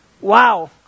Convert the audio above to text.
Wow